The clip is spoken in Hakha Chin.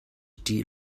ṭih